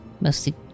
mostly